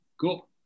cool